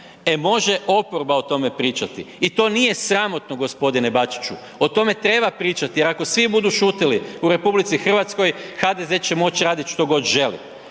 E može oporba o tome pričati i to nije sramotno g. Bačiću, o tome treba pričati jer ako svi budu šutili u RH, HDZ će moć radit što god želi